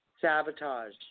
Sabotage